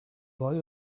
boy